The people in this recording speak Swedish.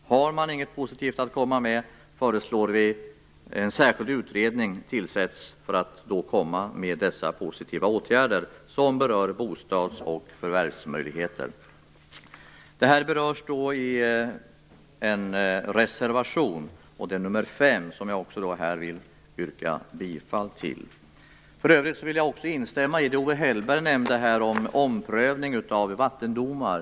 Har man inget positivt att komma med föreslår vi att en särskild utredning tillsätts för att komma med dessa positiva åtgärder i fråga om bostads och förvärvsmöjligheter. Det här berörs i en reservation, nr 5, som jag här vill yrka bifall till. För övrigt vill jag instämma i det Owe Hellberg sade om omprövning av vattendomar.